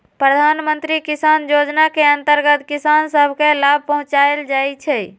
प्रधानमंत्री किसान जोजना के अंतर्गत किसान सभ के लाभ पहुंचाएल जाइ छइ